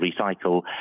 recycle